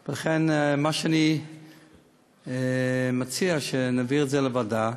לכן, מה שאני מציע הוא שנעביר את זה לוועדה,